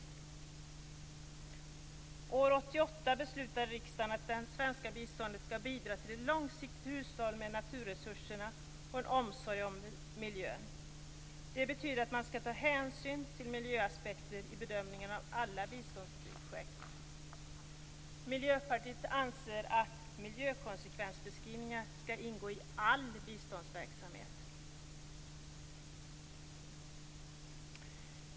År 1988 beslutade riksdagen att det svenska biståndet skall bidra till en långsiktig hushållning med naturresurserna och en omsorg om miljön. Det betyder att man skall ta hänsyn till miljöaspekter vid bedömningen av alla biståndsprojekt. Miljöpartiet anser att miljökonsekvensbeskrivningar skall ingå i all biståndsverksamhet.